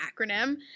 acronym